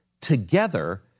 together